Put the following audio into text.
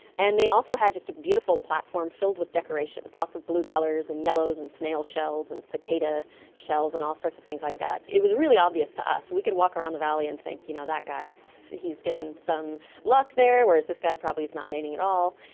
and they also had just a beautiful platform filled with decorations, lots of blue colours and yellows and snail shells and cicada shells and all sorts of things like that. it was really obvious to us. we could walk around the valley and think, you know, that guy, he's getting some luck there, whereas this guy probably is not mating at all.